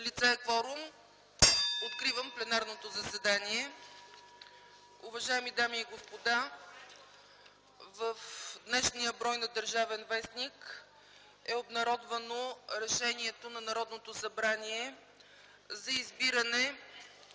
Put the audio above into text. (звъни): Откривам пленарното заседание. Уважаеми дами и господа, в днешния брой на „Държавен вестник” е обнародвано решението на Народното събрание за избиране